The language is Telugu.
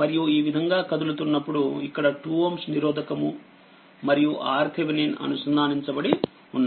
మరియు ఈ విధంగా కదులుతున్నప్పుడు ఇక్కడ2Ω నిరోధకము మరియు RThevenin అనుసంధానించబడి వున్నాయి